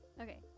Okay